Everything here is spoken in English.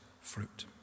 fruit